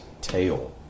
tail